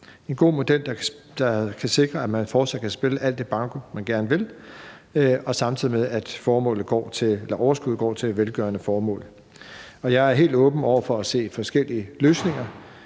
en god model, der kan sikre, at man fortsat kan spille alt det banko, man gerne vil, samtidig med at overskuddet går til velgørende formål, og jeg er helt åben over for at se på forskellige løsninger.